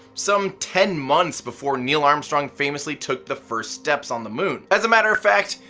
some ten months before neil armstrong famously took the first steps on the moon. as a matter of fact,